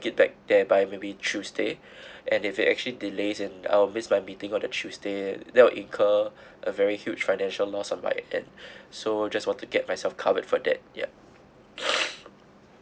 get back there by maybe tuesday and if it actually delays and I will miss my meeting on the tuesday there will incur a very huge financial loss of my attend so just want to get myself covered for that ya